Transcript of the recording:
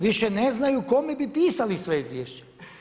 Više ne znaju kome bi pisali sve izvješća.